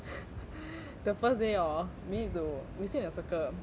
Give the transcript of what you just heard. the first day orh we need to we sit in a circle